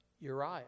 Uriah